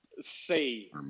say